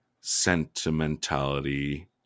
sentimentality